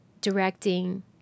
directing